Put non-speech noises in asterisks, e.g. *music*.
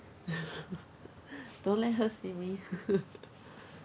*laughs* don't let her see me *noise*